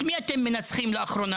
את מי אתם מנצחים לאחרונה?